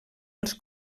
els